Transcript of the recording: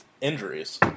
injuries